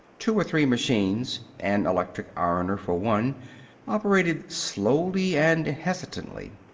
two or three machines an electric ironer, for one operated slowly and hesitantly.